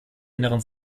inneren